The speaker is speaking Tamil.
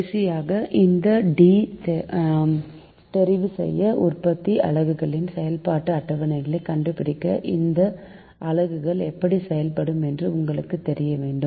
கடைசியாக இந்த தெரிவுசெய்த உற்பத்திஅலகுகளின் செயல்பாட்டு அட்டவணை கண்டுபிடிக்க இந்த அலகுகள் எப்படி செயல்படும் என்று உங்களுக்கு தெரியவேண்டும்